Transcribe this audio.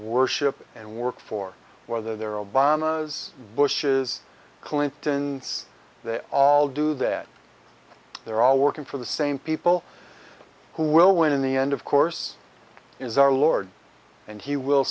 worship and work for whether they're obama as bush is clintons they all do that they're all working for the same people who will win in the end of course is our lord and he will